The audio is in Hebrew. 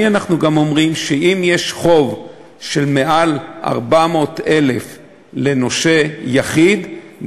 אנחנו אומרים שאם יש חוב של מעל 400,000 לנושה יחיד,